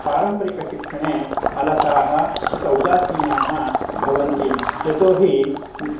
पारम्परिकशिक्षणे अलसाः उत उदासीनाः भवन्ति यतो हि